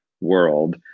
world